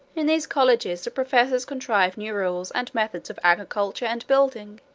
in these colleges the professors contrive new rules and methods of agriculture and building,